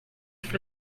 for